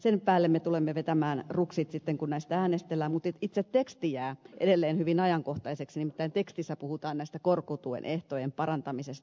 sen päälle me tulemme vetämään ruksit sitten kun näistä äänestellään mutta itse teksti jää edelleen hyvin ajankohtaiseksi nimittäin tekstissä puhutaan korkotuen ehtojen parantamisesta